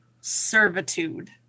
Servitude